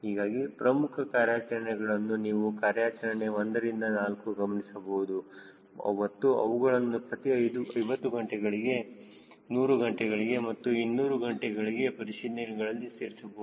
ಹೀಗಾಗಿ ಪ್ರಮುಖ ಕಾರ್ಯಾಚರಣೆಗಳನ್ನು ನೀವು ಕಾರ್ಯಾಚರಣೆ ಒಂದರಿಂದ ನಾಲ್ಕು ಗಮನಿಸಬಹುದು ಮತ್ತು ಅವುಗಳನ್ನು ಪ್ರತಿ 50 ಗಂಟೆಗಳು 100 ಗಂಟೆಗಳು ಮತ್ತು 200 ಗಂಟೆಗಳ ಪರಿಶೀಲನೆ ಗಳಲ್ಲಿ ಸೇರಿಸಬಹುದು